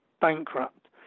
bankrupt